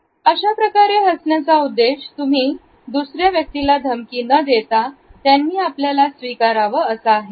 t अशाप्रकारे हासण्याचा उद्देश तुम्ही दुसऱ्या व्यक्तीला धमकी न देता त्यांनी आपल्याला स्विकारावं असा आहे